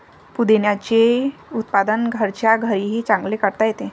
पुदिन्याचे उत्पादन घरच्या घरीही चांगले करता येते